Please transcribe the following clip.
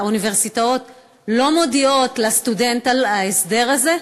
שהאוניברסיטאות גם לא מודיעות לסטודנט על ההסדר הזה.